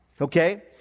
Okay